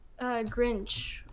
Grinch